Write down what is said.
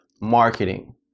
marketing